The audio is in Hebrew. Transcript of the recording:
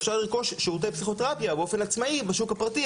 אפשר לרכוש שירותי פסיכותרפיה באופן עצמאי בשוק הפרטי,